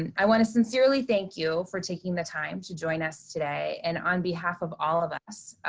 and i want to sincerely, thank you for taking the time to join us today. and on behalf of all of us,